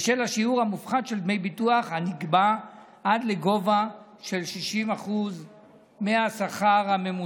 בשל השיעור המופחת של דמי ביטוח הנגבה עד לגובה של 60% מהשכר הממוצע.